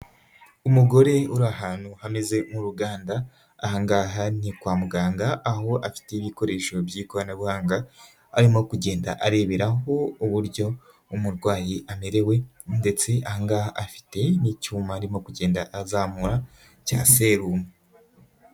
Umugore uri ahantu hameze nk'uruganda, ahangaha ni kwa muganga aho afite ibikoresho by'ikoranabuhanga arimo kugenda areberaho uburyo umurwayi amerewe ndetse ahangaha afite n'icyuma arimo kugenda azamura cya serumu.